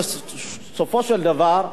בסופו של דבר,